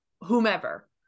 whomever